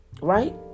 right